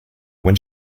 when